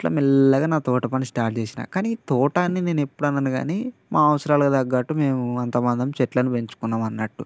అట్లా మెల్లగా నా తోటపని స్టార్ట్ చేసినా కానీ తోట అని నేను ఎప్పుడూ అనను కానీ మా అవసరాలకు తగ్గట్టు మేము అంతమందం చెట్లను పెంచుకున్నాం అన్నట్టు